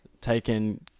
taken